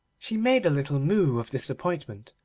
she made a little moue of disappointment,